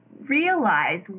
Realize